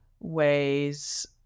ways